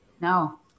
No